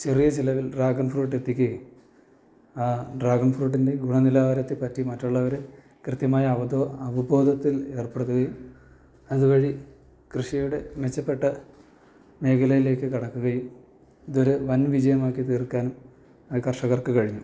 ചെറിയ ചെലവിൽ ഡ്രാഗൺ ഫ്രൂട്ടെത്തിക്കുകയും ആ ഡ്രാഗൺ ഫ്രൂട്ടിൻ്റെ ഗുണനിലവാരത്തെപ്പറ്റി മറ്റുള്ളവര് കൃത്യമായ അവബോധത്തിൽ ഏർപ്പെടുത്തുകയും അതുവഴി കൃഷിയുടെ മെച്ചപ്പെട്ട മേഖലയിലേക്ക് കടക്കുകയും ഇതൊരു വൻ വിജയമാക്കിത്തീർക്കാനും കർഷകർക്ക് കഴിഞ്ഞു